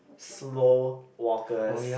slow walkers